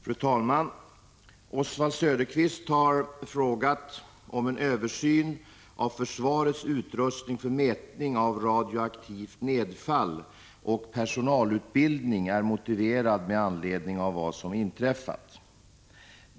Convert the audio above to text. Fru talman! Oswald Söderqvist har frågat om en översyn av försvarets utrustning för mätning av radioaktivt nedfall och personalutbildning är motiverad med anledning av vad som inträffat.